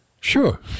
Sure